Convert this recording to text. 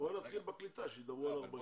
בואו נתחיל בקליטה, שידברו על ה-40.